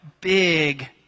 big